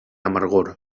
amargor